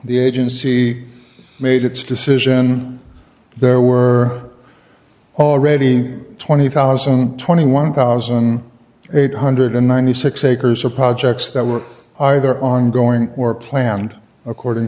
the agency made its decision there were already twenty million twenty one thousand eight hundred and ninety six acres of projects that were either ongoing or planned according